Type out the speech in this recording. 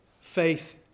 faith